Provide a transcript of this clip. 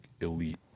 elite